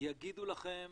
יגידו לכם